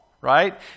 right